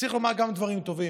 צריך לומר גם דברים טובים.